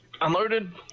unloaded